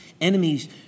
Enemies